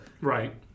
right